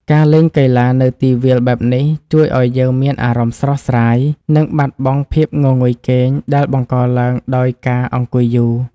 ការលេងកីឡានៅទីវាលបែបនេះជួយឱ្យយើងមានអារម្មណ៍ស្រស់ស្រាយ និងបាត់បង់ភាពងងុយគេងដែលបង្កឡើងដោយការអង្គុយយូរ។